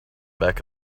back